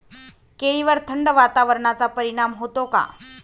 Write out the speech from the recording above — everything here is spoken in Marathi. केळीवर थंड वातावरणाचा परिणाम होतो का?